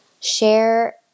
share